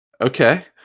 okay